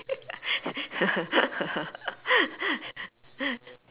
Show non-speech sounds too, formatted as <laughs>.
<laughs>